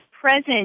present